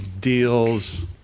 deals